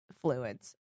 fluids